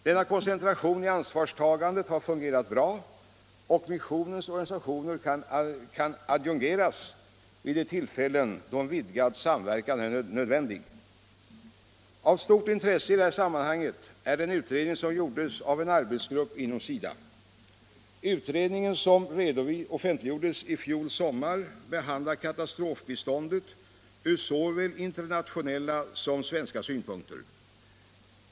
Denna koncentration i ansvarstagandet har fungerat bra, och missionens organisationer kan adjungeras vid de tillfällen då en vidgad samverkan är nödvändig. Av stort intresse i detta sammanhang är den utredning som gjordes av en arbetsgrupp inom SIDA. Utredningen, som offentliggjordes i fjol sommar, behandlar katastrofbiståndet ur såväl internationella som svenska synpunkter.